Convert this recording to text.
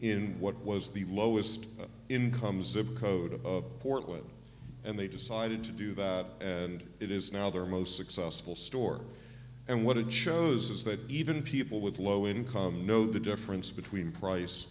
in what was the lowest income zip code of portland and they decided to do that and it is now their most successful store and what it shows is that even people with low income know the difference between price